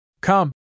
Come